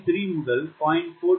3 முதல் 0